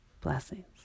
Blessings